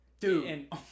Dude